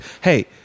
hey